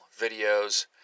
videos